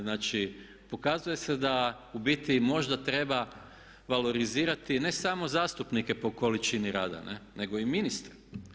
Znači, pokazuje se da u biti možda treba valorizirati ne samo zastupnike po količini rada nego i ministre.